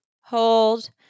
hold